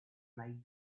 like